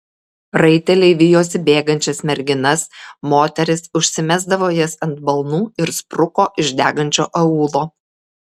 raiteliai vijosi bėgančias merginas moteris užsimesdavo jas ant balnų ir spruko iš degančio aūlo